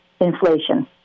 inflation